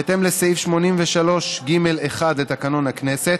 בהתאם לסעיף 83(ג)(1) לתקנון הכנסת,